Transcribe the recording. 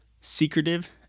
secretive